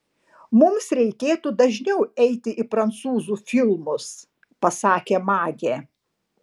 mums reikėtų dažniau eiti į prancūzų filmus pasakė magė